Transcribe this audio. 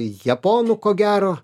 japonų ko gero